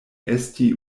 esti